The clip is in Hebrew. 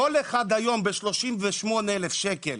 כל אחד היום ב-38 אלף שקל,